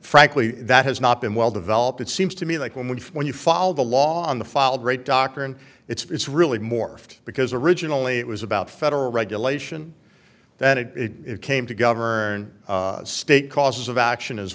frankly that has not been well developed it seems to me like when we when you follow the law on the filed rate doctor and it's really more because originally it was about federal regulation that it came to govern state cause of action as